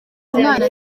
umwana